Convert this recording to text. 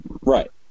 Right